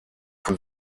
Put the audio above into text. von